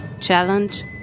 challenge